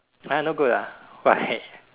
!huh! not good ah why